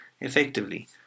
effectively